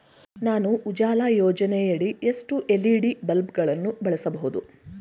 ನಾನು ಉಜಾಲ ಯೋಜನೆಯಡಿ ಎಷ್ಟು ಎಲ್.ಇ.ಡಿ ಬಲ್ಬ್ ಗಳನ್ನು ಬಳಸಬಹುದು?